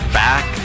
back